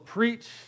preach